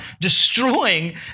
destroying